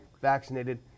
vaccinated